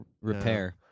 repair